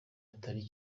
atari